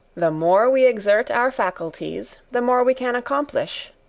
the more we exert our faculties, the more we can accomplish.